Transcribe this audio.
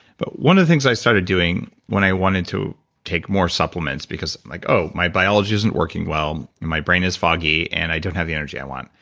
but one of the things i started doing when i wanted to take more supplements because like, oh, my biology's isn't working well. my brain is foggy and i don't have the energy i want.